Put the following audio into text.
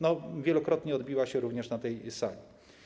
To wielokrotnie odbiło się również na tej sali.